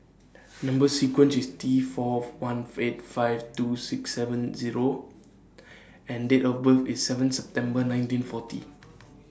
Number sequence IS T Fourth one five two six seven Zero and Date of birth IS seven September nineteen forty